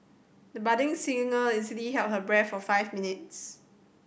the budding singer easily held her breath for five minutes